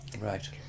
Right